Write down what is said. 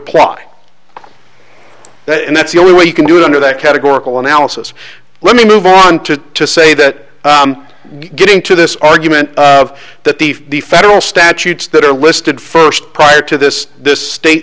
apply and that's the only way you can do it under that categorical analysis let me move on to to say that getting to this argument of that the federal statutes that are listed first prior to this this state